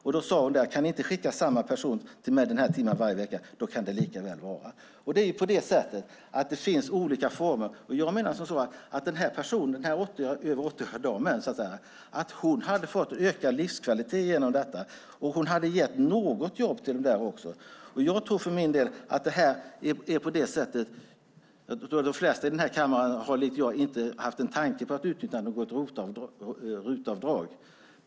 Då sade hon att om kommunen inte kunde skicka samma person till henne en timme varje vecka kunde det lika väl vara. Det finns alltså olika former. Jag menar att denna dam på över 80 år fick ökad livskvalitet genom detta, och hon hade också skapat lite jobb. Jag tror för min del att de flesta i denna kammare likt mig inte har haft en tanke på att utnyttja något RUT-avdrag.